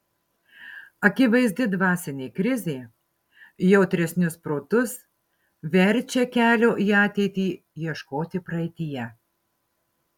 akivaizdi dvasinė krizė jautresnius protus verčia kelio į ateitį ieškoti praeityje